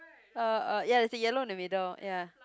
uh uh ya there's a yellow in the middle ya